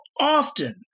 often